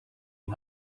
you